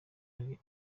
ari